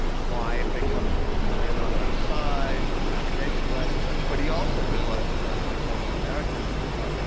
why if they come come in on our side, navigation rights but he also realizes, unlike most americans at the time,